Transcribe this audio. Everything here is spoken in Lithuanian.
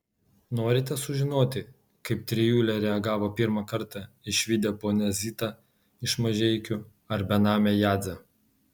norite sužinoti kaip trijulė reagavo pirmą kartą išvydę ponią zitą iš mažeikių ar benamę jadzę